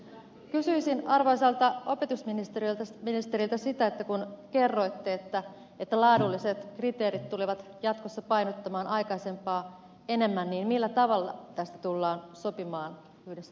kysyisin arvoisalta opetusministeriltä kun kerroitte että laadulliset kriteerit tulevat jatkossa painottumaan aikaisempaa enemmän millä tavalla tästä tullaan sopimaan yhdessä yliopistojen kanssa